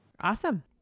Awesome